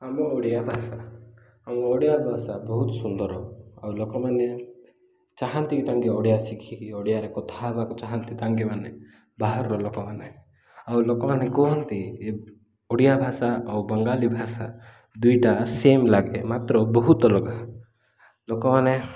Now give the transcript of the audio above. ଆମ ଓଡ଼ିଆ ଭାଷା ଆମ ଓଡ଼ିଆ ଭାଷା ବହୁତ ସୁନ୍ଦର ଆଉ ଲୋକମାନେ ଚାହାନ୍ତିକି ତାଙ୍କେ ଓଡ଼ିଆ ଶିଖିକି ଓଡ଼ିଆରେ କଥା ହେବାକୁ ଚାହାନ୍ତି ତାଙ୍ଗେମାନେ ବାହାରର ଲୋକମାନେ ଆଉ ଲୋକମାନେ କୁହନ୍ତି ଏ ଓଡ଼ିଆ ଭାଷା ଆଉ ବଙ୍ଗାଳୀ ଭାଷା ଦୁଇଟା ସେମ୍ ଲାଗେ ମାତ୍ର ବହୁତ ଅଲଗା ଲୋକମାନେ